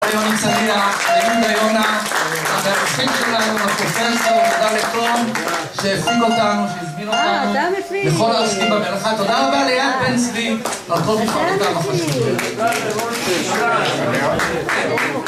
היום נמצא לי היום דיונה את האנושים שלנו מפרופסור עמדה לכלום שהכין אותנו שהסביר אותנו לכל העוסקים במלאכה תודה רבה ליחד בין צבי תודה רבה